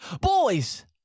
Boys